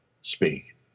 speak